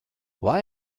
why